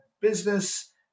business